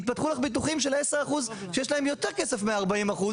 יפתחו לך ביטוחים של 10% שיש להם יותר כסף מה-40%,